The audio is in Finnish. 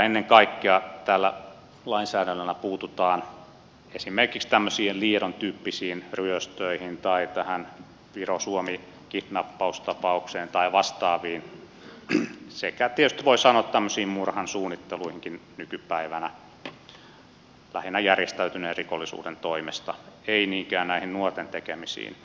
ennen kaikkea tällä lainsäädännöllä puututaan esimerkiksi tämmöisiin liedon tyyppisiin ryöstöihin tai tähän virosuomi kidnappaustapaukseen tai vastaaviin sekä tietysti voi sanoa murhan suunnitteluihinkin nykypäivänä lähinnä järjestäytyneen rikollisuuden toimesta ei niinkään näihin nuorten tekemisiin